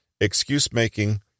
excuse-making